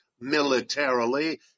militarily